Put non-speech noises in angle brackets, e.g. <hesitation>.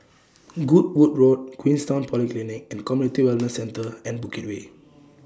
<hesitation> Goodwood Road Queenstown Polyclinic and Community Wellness Centre and Bukit Way